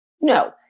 No